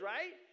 Right